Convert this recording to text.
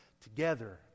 together